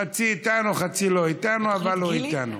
חצי איתנו חצי לא איתנו, אבל הוא איתנו.